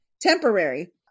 temporary